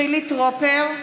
(קוראת בשמות חברי הכנסת) חילי טרופר,